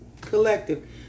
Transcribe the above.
collective